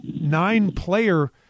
nine-player